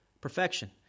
perfection